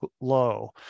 low